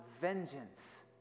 vengeance